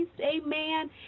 amen